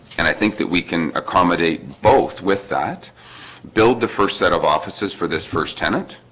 and i think that we can accommodate both with that build the first set of offices for this first tenant